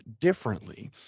differently